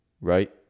right